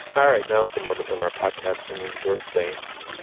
all right. now is the moment on our podcast when we endorse dean